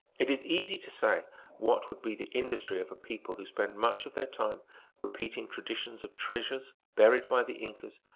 it is easy to say what would be the industry of a people who spend much of their time repeating traditions of treasures buried by the incas,